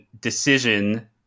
decision